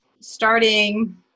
starting